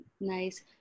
Nice